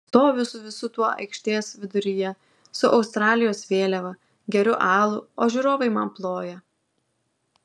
stoviu su visu tuo aikštės viduryje su australijos vėliava geriu alų o žiūrovai man ploja